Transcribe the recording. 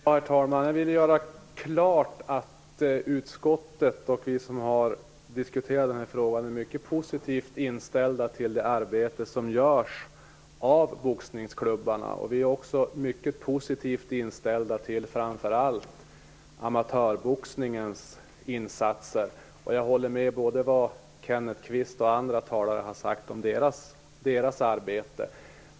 Fru talman! Jag vill göra klart att utskottet och vi som har diskuterat frågan är mycket positivt inställda till det arbete som görs av boxningsklubbarna. Vi är också mycket positivt inställda till framför allt amatörboxningens insatser. Jag instämmer i det som Kenneth Kvist och andra har sagt om deras arbete.